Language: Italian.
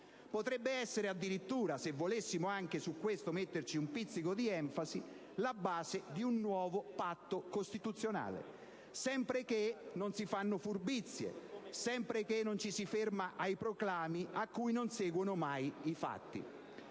Potrebbe essere, addirittura, se volessimo mettere anche su questo un pizzico di enfasi, la base di un nuovo patto costituzionale, sempre che non si facciano furbizie, non ci si fermi ai proclami cui non seguono mai i fatti.